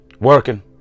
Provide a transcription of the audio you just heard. Working